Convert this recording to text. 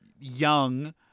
young